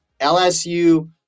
LSU